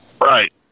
Right